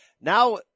Now –